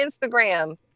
Instagram